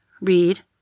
read